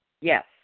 Yes